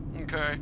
okay